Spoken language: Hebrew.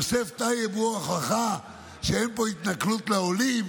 יוסף טייב הוא ההוכחה שאין פה התנכלות לעולים,